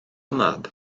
mab